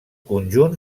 conjunt